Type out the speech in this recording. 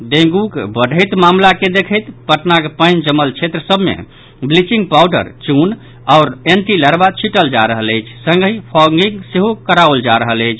डेंगूक बढ़ैत मामिला के देखैत पटनाक पानि जमल क्षेत्र सभ मे ब्लीचिंग पाउडर चून आओर एंटीलार्वा छिंटल जा रहल अछि संगहि फॉगिंग सेहो कराओल जा रहल अछि